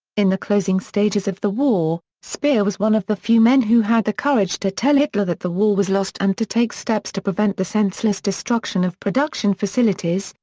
in the closing stages of the war was one of the few men who had the courage to tell hitler that the war was lost and to take steps to prevent the senseless destruction of production facilities,